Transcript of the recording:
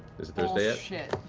is it thursday ah yet?